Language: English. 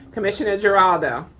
commissioner geraldo.